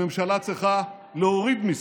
הממשלה צריכה להוריד מיסים,